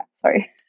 sorry